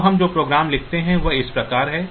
अब हम जो प्रोग्राम लिखते हैं वह इस प्रकार है